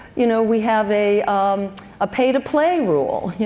you know, we have a um pay to play rule.